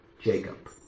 Jacob